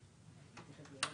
יתרה מזו,